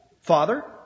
Father